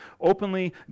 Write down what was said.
openly